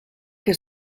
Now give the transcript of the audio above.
que